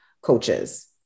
coaches